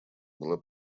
была